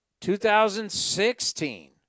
2016